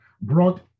brought